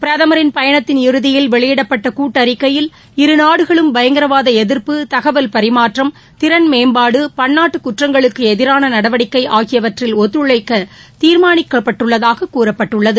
பிரதமரின் பயணத்தின் இறுதியில் வெளியிடப்பட்ட கூட்டறிக்கையில் இருநாடுகளும் பயங்கரவாத எதிர்ப்பு தகவல் பரிமாற்றம் திறன் மேம்பாடு பன்னாட்டு குற்றங்களுக்கு எதிரான நடவடிக்கை ஆகியவற்றில் ஒத்துழைக்க தீர்மானிக்கப்பட்டுள்ளதாகக் கூறப்பட்டுள்ளது